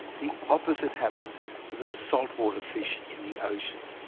the opposite happens with a saltwater fish in the ocean.